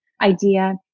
idea